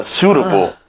suitable